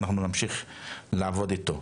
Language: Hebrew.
ואנחנו נמשיך לעבוד איתו.